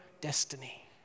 destiny